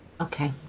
Okay